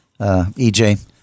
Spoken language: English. ej